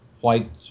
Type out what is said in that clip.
white